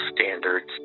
standards